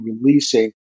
releasing